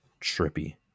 trippy